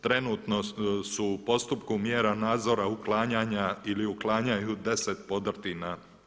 Trenutno su u postupku mjera nadzora uklanjanja ili uklanjaju 10 podrtina.